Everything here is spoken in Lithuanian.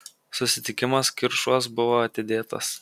susitikimas kiršuos buvo atidėtas